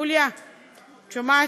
יוליה, את שומעת?